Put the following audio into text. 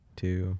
two